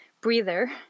breather